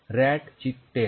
rat ची tail